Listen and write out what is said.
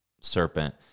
serpent